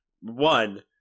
One